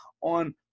on